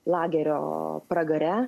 lagerio pragare